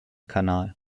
kanal